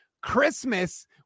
Christmas